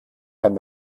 kann